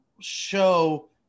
show